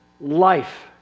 life